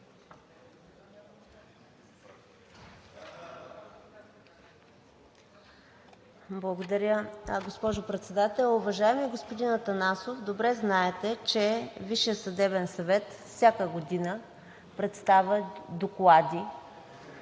Благодаря, госпожо Председател. Уважаеми господин Атанасов, добре знаете, че Висшият съдебен съвет всяка година представя доклади